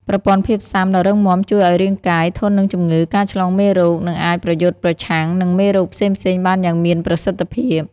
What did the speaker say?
ប្រព័ន្ធភាពស៊ាំដ៏រឹងមាំជួយឱ្យរាងកាយ ធន់នឹងជំងឺ ការឆ្លងមេរោគ និងអាចប្រយុទ្ធប្រឆាំងនឹងមេរោគផ្សេងៗបានយ៉ាងមានប្រសិទ្ធភាព។